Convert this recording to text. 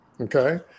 Okay